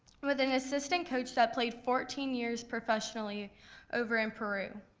with an assistant coach that played fourteen years professionally over in peru.